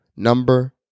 Number